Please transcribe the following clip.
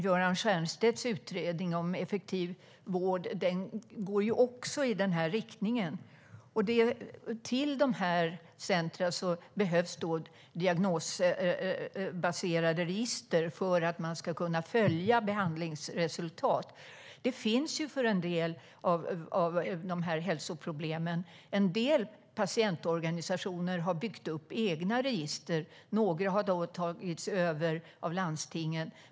Göran Stiernstedts utredning om effektiv vård går också i den riktningen. Till de centrumen behövs diagnosbaserade register för att man ska kunna följa behandlingsresultat. Det finns för en del av hälsoproblemen. En del patientorganisationer har byggt upp egna register. Några har tagits över av landstingen.